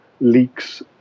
leaks